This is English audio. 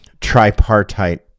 tripartite